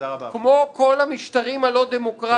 כמו כל המשטרים הלא דמוקרטיים.